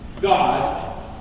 God